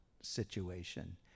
situation